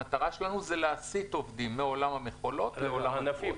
המטרה שלנו היא להסיט עובדים מעולם המכולות לעולם התבואות.